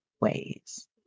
ways